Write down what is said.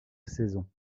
saison